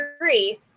agree